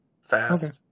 fast